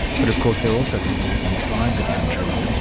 but of course there are also people inside the country,